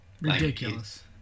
Ridiculous